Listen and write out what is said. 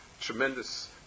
tremendous